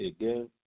again